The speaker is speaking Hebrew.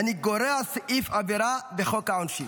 אני גורע סעיף עבירה בחוק העונשין.